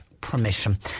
permission